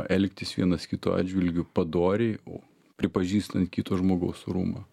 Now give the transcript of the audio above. elgtis vienas kito atžvilgiu padoriai o pripažįstant kito žmogaus orumą